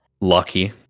Lucky